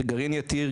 את גרעין יתיר,